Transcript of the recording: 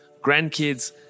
grandkids